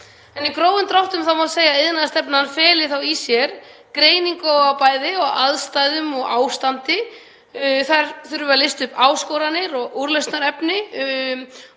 Í grófum dráttum má segja að iðnaðarstefna feli þá í sér greiningu á bæði aðstæðum og ástandi. Þar þurfum við að lista upp áskoranir og úrlausnarefni